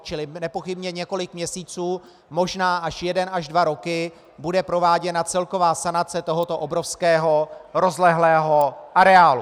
Čili nepochybně několik měsíců, možná jeden až dva roky bude prováděna celková sanace tohoto obrovského rozlehlého areálu.